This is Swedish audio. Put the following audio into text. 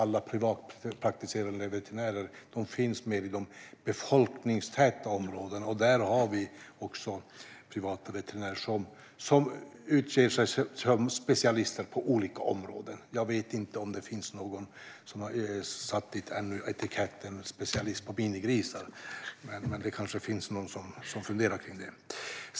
Privatpraktiserande veterinärer finns mer i de befolkningstäta områdena. Där har vi också privata veterinärer som utger sig som specialister på olika områden. Jag vet inte om det finns någon som har satt etiketten "specialist på minigrisar", men det kanske finns någon som funderar på det.